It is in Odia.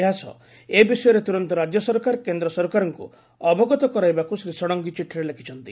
ଏହା ସହ ଏ ବିଷୟରେ ତୁରନ୍ତ ରାଜ୍ୟ ସରକାର କେନ୍ଦ୍ର ସରକାରଙ୍କୁ ଅବଗତ କରାଇବାକୁ ଶ୍ରୀ ଷଡଙଙୀ ଚିଠିରେ ଲେଖୁଛନ୍ତି